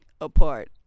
apart